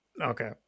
Okay